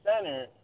center